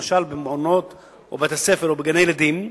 למשל במעונות או בבתי-ספר או בגני-ילדים,